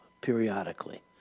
periodically